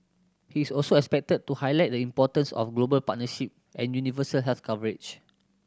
he is also expected to highlight the importance of global partnership and universal health coverage